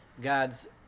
God's